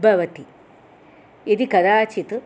भवति यदि कदाचित्